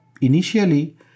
initially